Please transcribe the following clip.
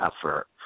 effort